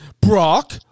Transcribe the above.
Brock